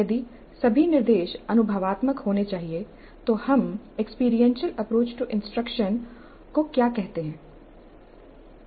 यदि सभी निर्देश अनुभवात्मक होने चाहिए तो हम एक्सपीरियंशियल अप्रोच टू इंस्ट्रक्शन को क्या कहते हैं